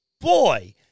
boy